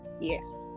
yes